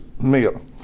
meal